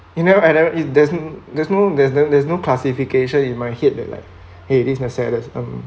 you know I never there's there's no there's no classification in my head that like !hey! this my sadness um